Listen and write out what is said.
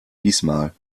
diesmal